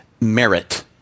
merit